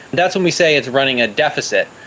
that's when we say it's running a deficit.